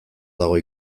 dago